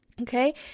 Okay